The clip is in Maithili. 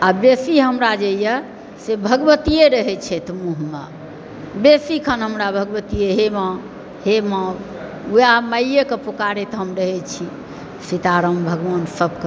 आओर बेसी हमरा जे यऽ से भगवतिये रहै छथि मुँहमे बेसीखान हमरा भगवती हे माँ हे माँ वएह माँके पुकारैत हम रहै छी सीता राम भगवान सबके